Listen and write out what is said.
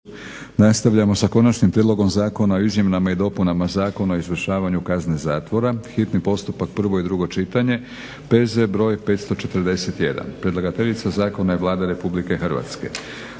Nastavljamo sa - Konačni prijedlog zakona o izmjenama i dopunama Zakona o izvršavanju kazne zatvora, hitni postupak, prvo i drugo čitanje, P.Z. br. 541. Predlagateljica zakona je Vlada Republike Hrvatske.